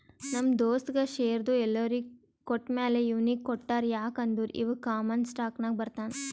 ನಮ್ ದೋಸ್ತಗ್ ಶೇರ್ದು ಎಲ್ಲೊರಿಗ್ ಕೊಟ್ಟಮ್ಯಾಲ ಇವ್ನಿಗ್ ಕೊಟ್ಟಾರ್ ಯಾಕ್ ಅಂದುರ್ ಇವಾ ಕಾಮನ್ ಸ್ಟಾಕ್ನಾಗ್ ಬರ್ತಾನ್